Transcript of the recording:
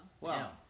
wow